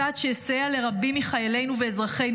צעד שיסייע לרבים מחיילינו ואזרחינו